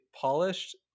polished